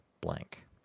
blank